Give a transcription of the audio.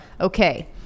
Okay